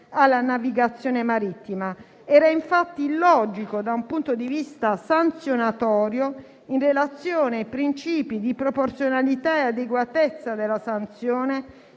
alla navigazione marittima. Era, infatti, illogico, da un punto di vista sanzionatorio, in relazione ai principi di proporzionalità e adeguatezza della sanzione,